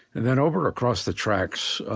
and then over across the tracks,